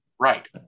right